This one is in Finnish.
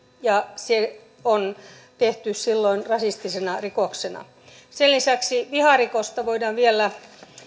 ja se on tehty silloin rasistisena rikoksena sen lisäksi viharikosta voidaan vielä